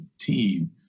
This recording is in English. team